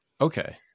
okay